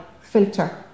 filter